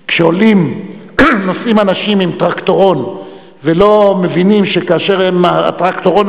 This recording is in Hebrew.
כשנוסעים אנשים עם טרקטורון ולא מבינים שכאשר הטרקטורון